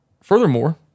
Furthermore